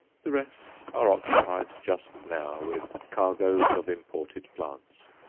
the rest are occupied just now with cargoes of imported plants.